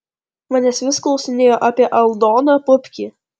manęs vis klausinėjo apie aldoną pupkį